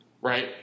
right